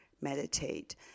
meditate